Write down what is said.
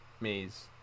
maze